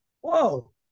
whoa